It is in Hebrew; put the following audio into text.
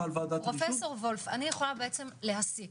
אני יכולה להסיק